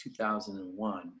2001